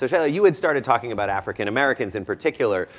so shayla you and started talking about african americans in particular,